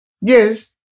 Yes